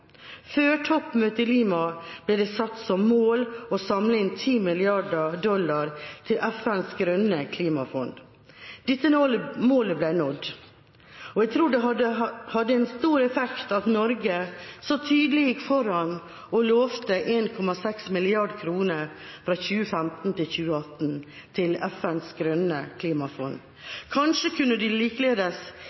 Før toppmøtet i Lima ble det satt som mål å samle inn 10 mrd. dollar til FNs grønne klimafond. Dette målet ble nådd. Jeg tror det hadde en stor effekt at Norge så tydelig gikk foran og lovet 1,6 mrd. kr fra 2015 til 2018 til FNs grønne klimafond. Kanskje kunne det likeledes